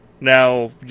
Now